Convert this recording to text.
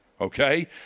Okay